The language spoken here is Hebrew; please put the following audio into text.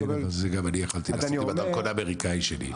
אני הייתי יכול לעשות אותו הדבר עם הדרכון האמריקאי שלי.